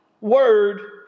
word